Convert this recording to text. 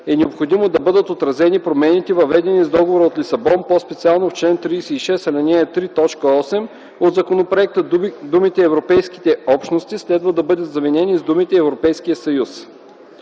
е необходимо да бъдат отразени промените, въведени с Договора от Лисабон, по-специално в чл. 36, ал. 3, т. 8 от законопроекта, думите „Европейските общности” следва да бъдат заменени с думите „Европейския съюз”.